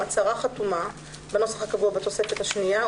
הצהרה חתומה בנוסח הקבוע בתוספת השנייה,